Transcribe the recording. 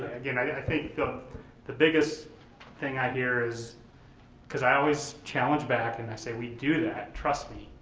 again, i think the biggest thing i hear is because i always challenge back and i say we do that, trust me,